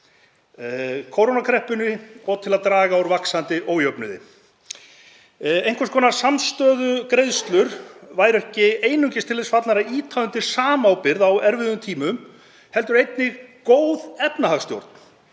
kórónukreppunni og til að draga úr vaxandi ójöfnuði. Einhvers konar samstöðugreiðslur væru ekki einungis til þess fallnar að ýta undir samábyrgð á erfiðum tímum heldur einnig góð efnahagsstjórn.